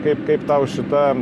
kaip kaip tau šita